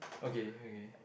okay okay